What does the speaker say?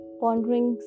pondering